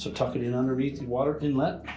tuck it in underneath your water inlet.